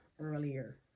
earlier